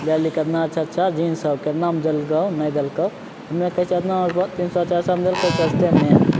लेलही कतना अच्छा जीन्स छौ कतनामे देलकौ नहि देलकौ हमे कहै छिए एतना तीन सओ चारि सओमे देलकै सस्तेमे